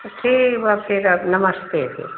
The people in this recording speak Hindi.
तो ठीक बा फिर अब नमस्ते जी